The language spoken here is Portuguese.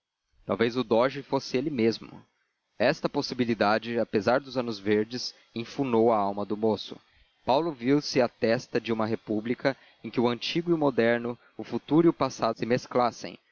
talvez o doge fosse ele mesmo esta possibilidade apesar dos anos verdes enfunou a alma do moço paulo viu-se à testa de uma república em que o antigo e o moderno o futuro e o passado se